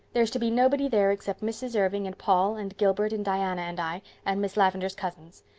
there's to be nobody there except mrs. irving and paul and gilbert and diana and i, and miss lavendar's cousins.